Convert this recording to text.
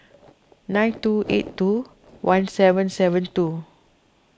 nine two eight two one seven seven two